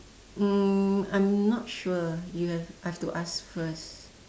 um I'm not sure you have I have to ask first